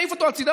נעיף אותו הצידה,